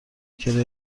کرایه